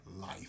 life